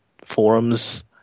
forums